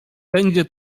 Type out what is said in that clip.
będzie